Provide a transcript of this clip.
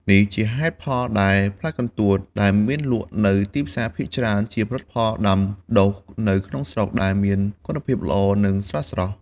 នេះជាហេតុផលដែលផ្លែកន្ទួតដែលមានលក់នៅទីផ្សារភាគច្រើនជាផលិតផលដាំដុះនៅក្នុងស្រុក ដែលមានគុណភាពល្អ និងស្រស់ៗ។